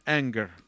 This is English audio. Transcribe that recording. anger